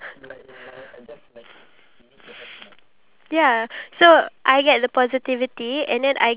uh you because I I don't know I haven't really had the time to google something weird